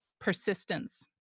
persistence